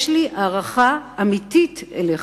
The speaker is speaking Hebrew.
יש לי הערכה אמיתית אליך.